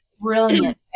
brilliant